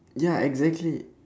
ya exactly